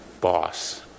boss